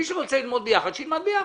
מי שרוצה ללמוד ביחד, שילמד ביחד.